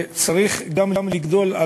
שצריך לגדול,